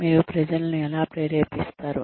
మీరు ప్రజలను ఎలా ప్రేరేపిస్తారు